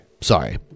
Sorry